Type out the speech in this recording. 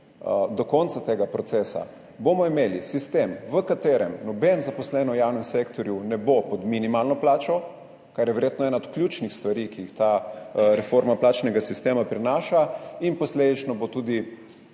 do konca tega procesa, bomo imeli sistem, v katerem noben zaposlen v javnem sektorju ne bo pod minimalno plačo, kar je verjetno ena od ključnih stvari, ki jih ta reforma plačnega sistema prinaša, in posledično bo tudi